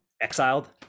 exiled